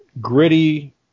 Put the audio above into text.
gritty